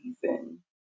season